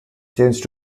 changed